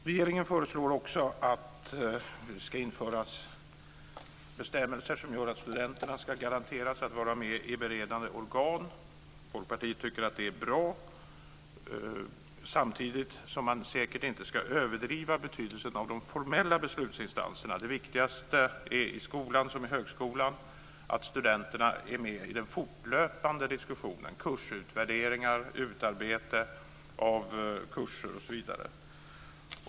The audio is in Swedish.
Regeringen föreslår också att det ska införas bestämmelser som gör att studenterna ska garanteras att vara med i beredande organ. Folkpartiet tycker att det är bra, samtidigt som man säkert inte ska överdriva betydelsen av de formella beslutsinstanserna. Det viktigaste i såväl skola som högskola är att studenterna är med i den fortlöpande diskussionen, i kursutvärderingar, utarbetande av kurser osv.